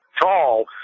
tall